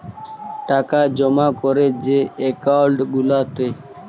টাকা জমা ক্যরে যে একাউল্ট গুলাতে